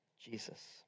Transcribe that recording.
Jesus